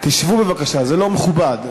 תשבו בבקשה, זה לא מכובד.